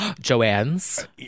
Joanne's